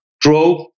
drove